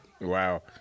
Wow